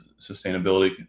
sustainability